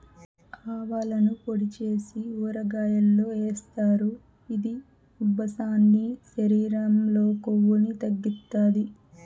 ఆవాలను పొడి చేసి ఊరగాయల్లో ఏస్తారు, ఇది ఉబ్బసాన్ని, శరీరం లో కొవ్వును తగ్గిత్తాది